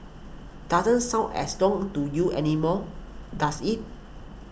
doesn't sound as long to you anymore does it